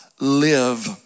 live